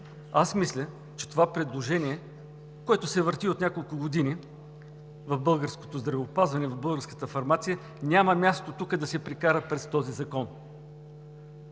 Аз мисля, че това предложение, което се върти от няколко години в българското здравеопазване и в българската фармация, няма място да се прекара тук, през този закон.